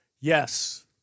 Yes